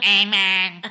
amen